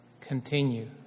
continue